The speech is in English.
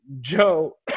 Joe